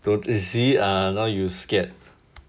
don't you see ah now you scared